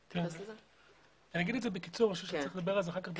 אומר זאת בקיצור, אולי נרחיב אחר כך.